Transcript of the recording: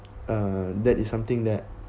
uh that is something that